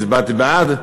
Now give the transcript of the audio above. הצבעתי בעד.